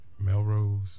Melrose